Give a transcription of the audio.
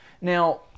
Now